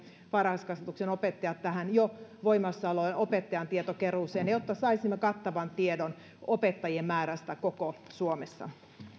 varhaiskasvatuksen opettajat tähän jo voimassa olevaan opettajatiedonkeruuseen jotta saisimme kattavan tiedon opettajien määrästä koko suomessa